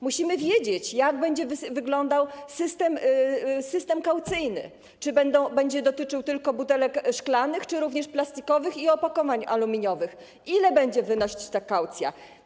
Musimy wiedzieć, jak będzie wyglądał system kaucyjny, czy będzie dotyczył tylko butelek szklanych czy również plastikowych i opakowań aluminiowych, ile będzie wynosić ta kaucja.